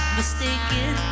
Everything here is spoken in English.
mistaken